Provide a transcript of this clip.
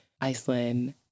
Iceland